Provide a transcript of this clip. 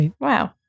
Wow